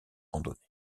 randonnées